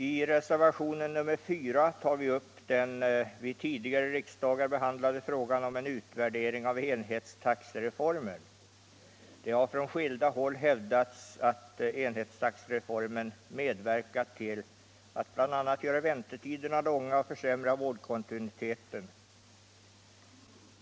I reservation nr 4 tar vi upp den vid tidigare riksdagar behandlade frågan om en utvärdering av enhetstaxereformen. Det har från skilda håll hävdats att enhetstaxereformen medverkat till att bl.a. göra väntetiderna långa och försämra vårdkontinuiteten.